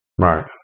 right